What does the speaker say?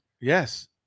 Yes